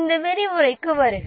இந்த விரிவுரைக்கு வருக